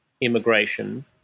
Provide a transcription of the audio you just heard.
immigration